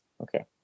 okay